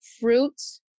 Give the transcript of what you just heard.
fruits